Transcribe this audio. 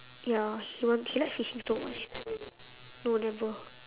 ya he want he like fishing so much no never